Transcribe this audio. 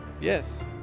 Yes